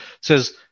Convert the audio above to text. says